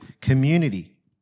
community